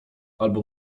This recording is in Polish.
albo